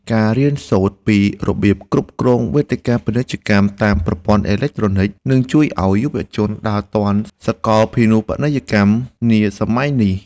ការរៀនសូត្រពីរបៀបគ្រប់គ្រងវេទិកាពាណិជ្ជកម្មតាមប្រព័ន្ធអេឡិចត្រូនិចនឹងជួយឱ្យយុវជនដើរទាន់សកលភាវូបនីយកម្មនាសម័យនេះ។